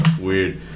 weird